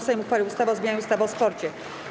Sejm uchwalił ustawę o zmianie ustawy o sporcie.